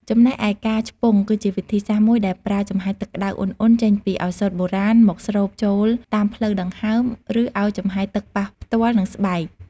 ចំណែកឯការឆ្ពង់ គឺជាវិធីសាស្ត្រមួយដែលប្រើ ចំហាយទឹកក្តៅឧណ្ឌៗចេញពីឱសថបុរាណ មកស្រូបចូលតាមផ្លូវដង្ហើម ឬឲ្យចំហាយទឹកប៉ះផ្ទាល់នឹងស្បែក។